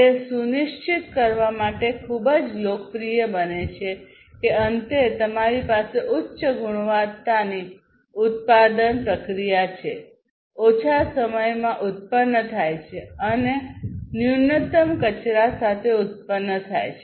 તે સુનિશ્ચિત કરવા માટે ખૂબ જ લોકપ્રિય બને છે કે અંતે તમારી પાસે ઉચ્ચ ગુણવત્તાની ઉત્પાદન છે ઓછા સમયમાં ઉત્પન્ન થાય છે અને ન્યૂનતમ કચરા સાથે ઉત્પન્ન થાય છે